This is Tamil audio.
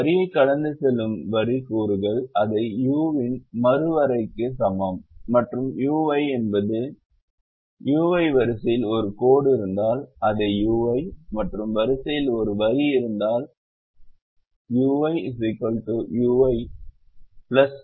ஒரு வரியைக் கடந்து செல்லும் வரி கூறுகள் அதே u இன் மறுவரையறைக்கு சமம் மற்றும் ui என்பது ui வரிசையில் ஒரு கோடு இருந்தால் அதே ui மற்றும் வரிசையில் ஒரு வரி இல்லை என்றால் ui ui